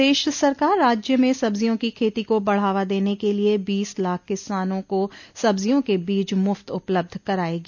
प्रदेश सरकार राज्य में सब्जियों की खेती को बढ़ावा देने के लिये बीस लाख किसानों को सब्जियों के बीज मुफ्त उपलब्ध करायेगी